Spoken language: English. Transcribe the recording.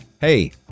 Hey